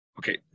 Okay